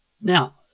Now